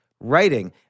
writing